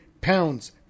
pounds